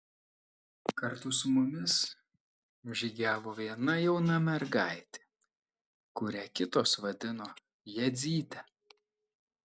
kartu su mumis žygiavo viena jauna mergaitė kurią kitos vadino jadzyte